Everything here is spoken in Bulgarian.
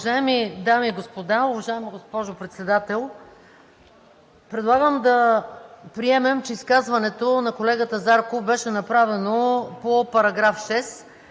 дами и господа, уважаема госпожо Председател! Предлагам да приемем, че изказването на колегата Зарков беше направено по § 6,